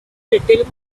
little